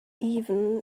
even